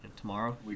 tomorrow